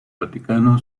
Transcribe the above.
vaticano